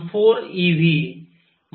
64 eV 13